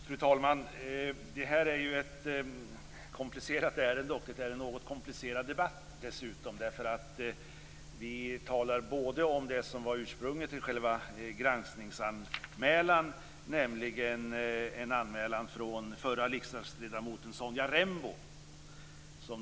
Fru talman! Det här är ett komplicerat ärende, och det är dessutom en något komplicerad debatt. Vi talar om det som var ursprunget till själva anmälan, nämligen en anmälan från förra riksdagsledamoten Sonja Rembo.